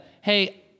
hey